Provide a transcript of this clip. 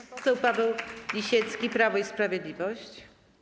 Pan poseł Paweł Lisiecki, Prawo i Sprawiedliwość.